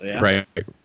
right